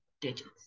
digits